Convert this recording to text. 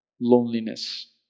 loneliness